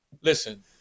Listen